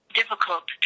difficult